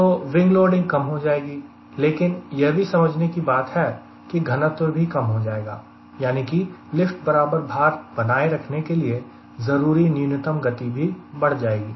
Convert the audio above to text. तो wing loading कम हो जाएगी लेकिन यह भी समझने की बात है कि घनत्व भी कम हो जाएगा यानी कि लिफ्ट बराबर भार बनाए रखने के लिए जरूरी न्यूनतम गति भी बढ़ जाएगी